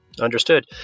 Understood